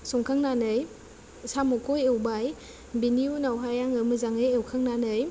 संखांनानै साम'खौ एवबाय बेनि उनावहाय आङो मोजाङै एवखांनानै